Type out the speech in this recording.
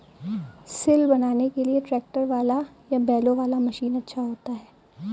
सिल बनाने के लिए ट्रैक्टर वाला या बैलों वाला मशीन अच्छा होता है?